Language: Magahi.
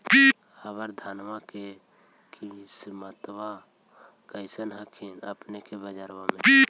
अबर धानमा के किमत्बा कैसन हखिन अपने के बजरबा में?